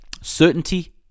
Certainty